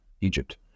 Egypt